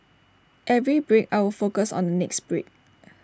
every break I would focus on the next break